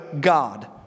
God